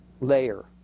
layer